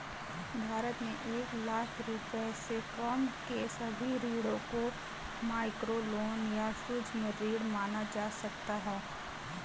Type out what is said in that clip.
भारत में एक लाख रुपए से कम के सभी ऋणों को माइक्रोलोन या सूक्ष्म ऋण माना जा सकता है